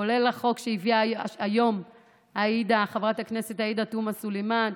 כולל החוק שהביאה היום חברת הכנסת עאידה תומא סלימאן